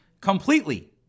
completely